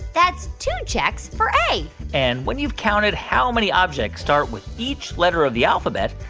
that's two checks for a and when you've counted how many objects start with each letter of the alphabet,